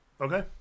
Okay